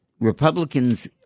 Republicans